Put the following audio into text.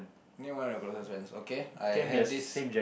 name one of your closest friends okay I have this